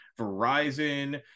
Verizon